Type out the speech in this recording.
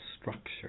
structure